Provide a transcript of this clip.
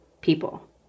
people